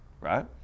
right